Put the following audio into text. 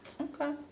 Okay